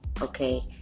okay